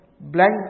blank